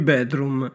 Bedroom